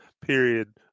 period